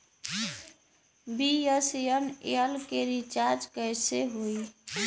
BSNL के recharge कैसे होयी?